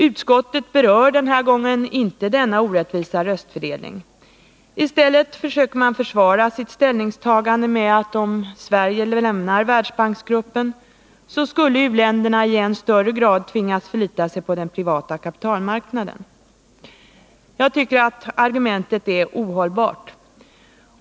Utskottet berör den här gången inte denna orättvisa röstfördelning. I stället försöker man försvara sitt ställningstagande med att om Sverige lämnar Världsbanksgruppen skulle u-länderna i större grad tvingas förlita sig på den privata kapitalmarknaden. Jag tycker att det argumentet är ohållbart.